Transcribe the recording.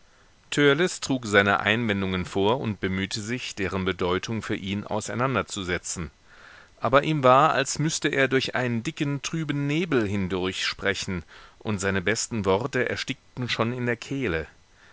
trug seine einwendungen vor und bemühte sich deren bedeutung für ihn auseinanderzusetzen aber ihm war als müßte er durch einen dicken trüben nebel hindurch sprechen und seine besten worte erstickten schon in der kehle